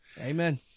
Amen